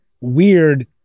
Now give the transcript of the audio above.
weird